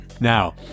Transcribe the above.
Now